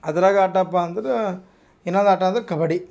ಅದ್ರಾಗ ಆಟಪ್ಪ ಅಂದ್ರೆ ಇನ್ನೊಂದು ಆಟ ಅದು ಕಬಡ್ಡಿ